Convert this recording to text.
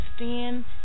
understand